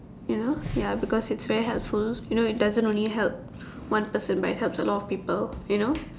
you know ya because it's very hard follow you know it doesn't only help one person but it helps a lot of people you know